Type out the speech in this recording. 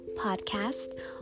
podcast